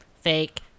Fake